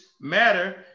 matter